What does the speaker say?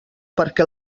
perquè